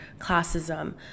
classism